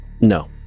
No